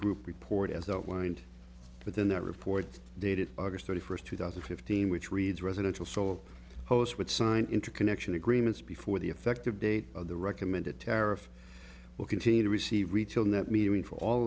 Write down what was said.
group report as outlined within that report dated august thirty first two thousand and fifteen which reads residential so post would sign interconnection agreements before the effective date of the recommended tariff will continue to receive retail